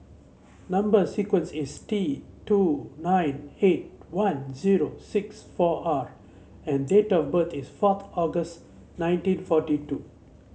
number sequence is T two nine eight one zero six four R and date of birth is fourth August nineteen forty two